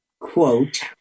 quote